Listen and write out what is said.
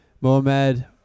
mohamed